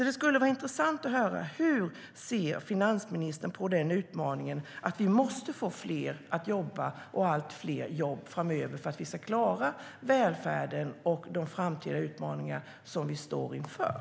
Det skulle vara intressant att höra hur finansministern ser på utmaningen att vi måste få fler att jobba och få allt fler jobb framöver för att vi ska klara välfärden och de framtida utmaningar som vi står inför.